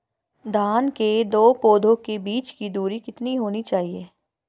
धान के दो पौधों के बीच की दूरी कितनी होनी चाहिए?